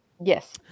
Yes